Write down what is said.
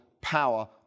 power